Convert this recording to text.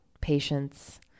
patience